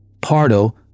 Pardo